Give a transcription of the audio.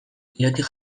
pilotik